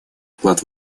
вклад